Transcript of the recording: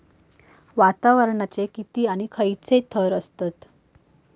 वातावरणाचे किती आणि खैयचे थर आसत?